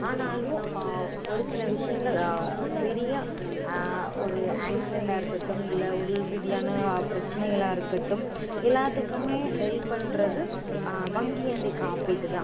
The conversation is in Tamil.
ஆனாலும் ஒரு சில விஷயங்கள் பெரிய ஒரு ஆக்ஸிடண்ட்டாக இருக்கட்டும் இல்லை உள் ரீதியான பிரச்சனைகளாக இருக்கட்டும் எல்லாத்துக்குமே ஹெல்ப் பண்ணுறது வங்கி அண்டு காப்பீடு தான்